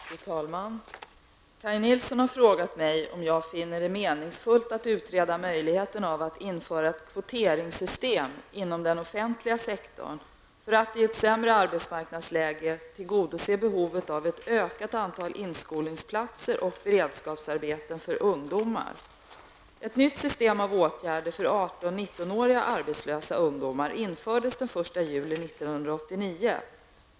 Fru talman! Kaj Nilsson har frågat mig om jag finner det meningsfullt att utreda möjligheten av att införa ett kvoteringssystem inom den offentliga sektorn för att, i ett sämre arbetsmarknadsläge, tillgodose behovet av ett ökat antal inskolningsplatser och beredskapsarbeten för ungdomar. Ett nytt system av åtgärder för 18--19-åriga arbetslösa ungdomar infördes den 1 juli 1989.